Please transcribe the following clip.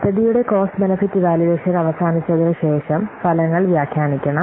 പദ്ധതിയുടെ cost benefit evaluation അവസാനിച്ചതിനുശേഷം ഫലങ്ങൾ വ്യാഖ്യാനിക്കണം